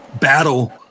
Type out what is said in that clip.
battle